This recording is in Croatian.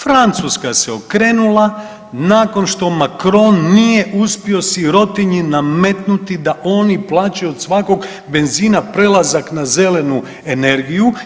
Francuska se okrenula nakon što Macron nije uspio sirotinji nametnuti da oni plaćaju od svakog benzina prelazak na zelenu energiju.